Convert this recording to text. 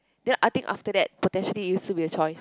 then I think after that potentially it'll still be a choice